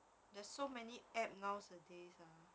there's so many app nowadays ah